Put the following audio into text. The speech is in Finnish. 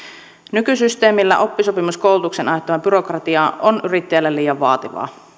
nykysysteemillä oppisopimuskoulutuksen aiheuttama byrokratia on yrittäjälle liian vaativaa